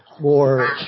more